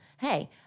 hey